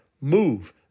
Move